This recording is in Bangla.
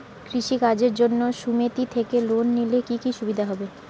কৃষি কাজের জন্য সুমেতি থেকে লোন নিলে কি কি সুবিধা হবে?